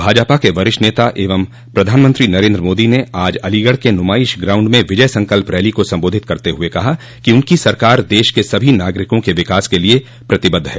भाजपा के वरिष्ठ नेता एवं प्रधानमंत्री नरेन्द्र मोदी ने आज अलीगढ़ के नुमाइश ग्राउंड में विजय संकल्प रैली को सम्बोधित करते हुए कहा कि उनकी सरकार देश के सभी नागरिकों के विकास के लिए प्रतिबद्ध है